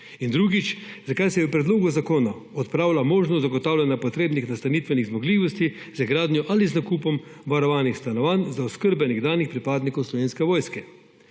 In drugič. Zakaj se v predlogu zakona odpravlja možnost zagotavljanja potrebnih nastanitvenih zmogljivosti z gradnjo ali z nakupom varovanih stanovanj za oskrbo nekdanjih pripadnikov Slovenske vojske?